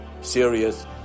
Serious